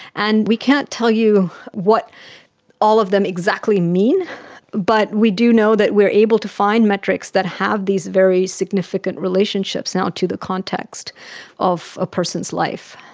and we can't tell you what all of them exactly mean but we do know that we are able to find metrics that have these very significant relationships now to the context of a person's life.